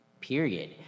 period